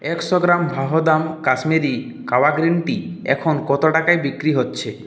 একশো গ্রাম Vahdam Kashmiri kahwa green tea এখন কত টাকায় বিক্রি হচ্ছে